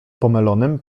pomylonym